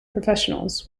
professionals